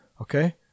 okay